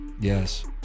yes